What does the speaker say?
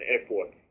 airport